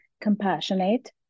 compassionate